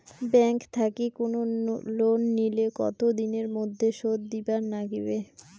Bank থাকি loan নিলে কতো দিনের মধ্যে শোধ দিবার নাগিবে?